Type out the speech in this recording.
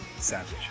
savage